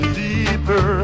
deeper